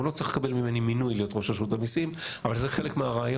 הוא לא צריך לקבל ממני מינוי להיות ראש רשות המיסים אבל זה חלק מהרעיון.